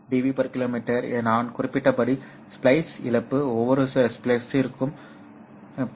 2 dB km ஆகும் நான் குறிப்பிட்டபடி ஸ்பைஸ் இழப்பு ஒவ்வொரு ஸ்ப்லைஸிற்கும் 0